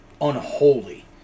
unholy